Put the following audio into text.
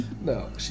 No